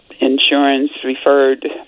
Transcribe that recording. insurance-referred